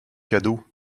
cadeau